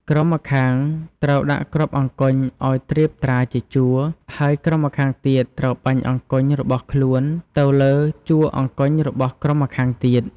ក្រុមម្ខាងត្រូវដាក់គ្រាប់អង្គញ់ឲ្យត្រៀបត្រាជាជួរ ហើយក្រុមម្ខាងទៀតត្រូវបាញ់អង្គញ់របស់ខ្លួនទៅលើជួរអង្គញ់របស់ក្រុមម្ខាងទៀត។